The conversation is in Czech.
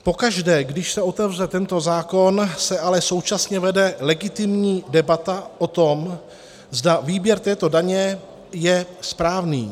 Pokaždé, když se otevře tento zákon, se ale současně vede legitimní debata o tom, zda výběr této daně je správný.